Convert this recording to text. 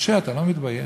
משה, אתה לא מתבייש?